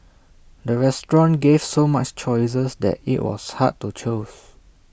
the restaurant gave so many choices that IT was hard to choose